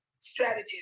strategies